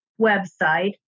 website